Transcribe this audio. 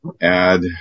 add